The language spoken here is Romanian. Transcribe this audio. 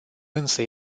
însă